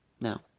now